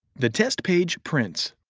the test page prints.